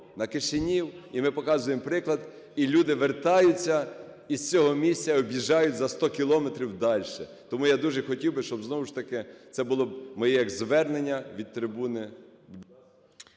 на Кишинів. І ми показуємо приклад, і люди вертаються з цього місця, об'їжджають за 100 кілометрів дальше. Тому я дуже хотів би, щоб знову ж таки це було моє як звернення від трибуни.